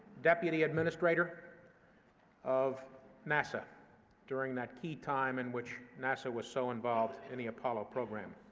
deputy administrator of nasa during that key time in which nasa was so involved in the apollo program.